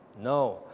No